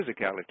physicality